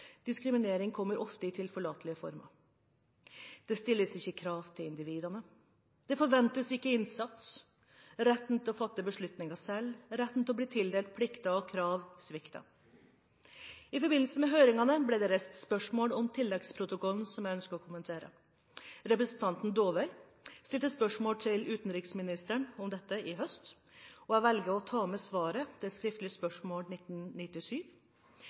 Diskriminering kommer ofte i tilforlatelige former: Det stilles ikke krav til individet, det forventes ikke innsats. Retten til å fatte beslutninger selv og retten til å bli tildelt plikter og krav svikter. I forbindelse med høringene ble det reist spørsmål om tilleggsprotokollen, som jeg ønsker å kommentere. Representanten Dåvøy stilte spørsmål om dette til utenriksministeren i høst, og jeg velger å ta med svaret på skriftlig spørsmål nr. 1997. Utenriksministeren svarer: «Arbeidet med å legge til